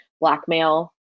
blackmail